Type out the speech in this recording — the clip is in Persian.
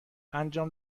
انجام